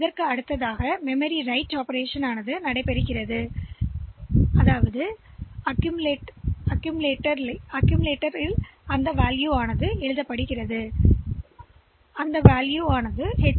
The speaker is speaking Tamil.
இதைத் தொடர்ந்து ஒரு மெமரி ரைட் ஆபரேஷன் இருக்கும் அங்கு குவிப்பு பதிவேட்டின் உள்ளடக்கம் எழுதப்படும் மெமரி இடத்திற்கு அதன் எச்